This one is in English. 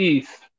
East